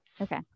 okay